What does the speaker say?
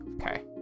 Okay